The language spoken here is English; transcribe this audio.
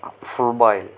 full boil